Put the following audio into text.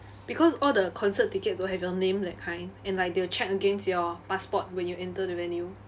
because all the concert tickets don't have your name that kind and like they will check against your passport when you enter the venue